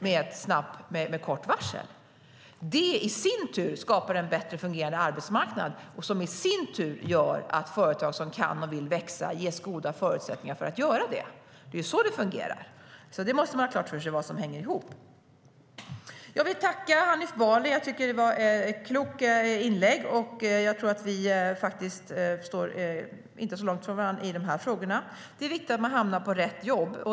Det skapar i sin tur en bättre fungerande arbetsmarknad, som i sin tur gör att företag som kan och vill växa ges goda förutsättningar att göra det. Det är så det fungerar. Man måste ha klart för sig vad som hänger ihop. Jag vill tacka Hanif Bali. Jag tycker att det var ett klokt inlägg, och jag tror inte att vi står så långt från varandra i de här frågorna. Det är viktigt att man hamnar på rätt jobb.